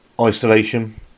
isolation